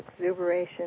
exuberation